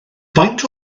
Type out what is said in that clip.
faint